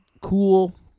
cool